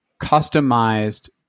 customized